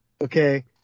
okay